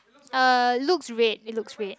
uh looks red it looks red